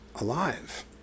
alive